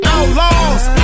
Outlaws